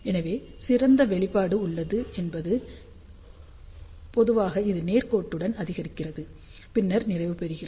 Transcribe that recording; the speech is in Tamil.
எனவே சிறந்த வெளிப்பாடு என்பது பொதுவாக இது நேர்கோட்டுடன் அதிகரிக்கிறது பின்னர் நிறைவு பெறுகிறது